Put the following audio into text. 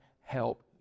help